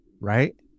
right